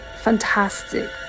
fantastic